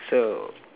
so